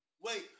Wait